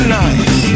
nice